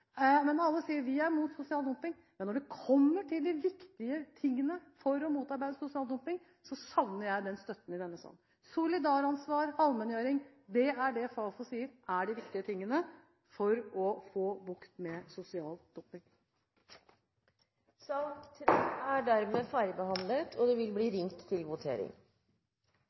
er mot sosial dumping, men når det kommer til de viktige tingene for å motarbeide sosial dumping, savner jeg den støtten i denne salen. Solidaransvar og allmenngjøring er det Fafo sier er de viktige tingene for å få bukt med sosial dumping. Dermed er debatten i sak nr. 3 avsluttet. Stortinget går da til votering.